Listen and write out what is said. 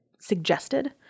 suggested